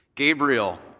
Gabriel